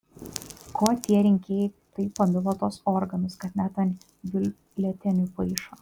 ko tie rinkėjai taip pamilo tuos organus kad net ant biuletenių paišo